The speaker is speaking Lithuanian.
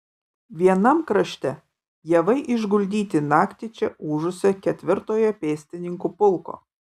vienam krašte javai išguldyti naktį čia ūžusio ketvirtojo pėstininkų pulko